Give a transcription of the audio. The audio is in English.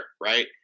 right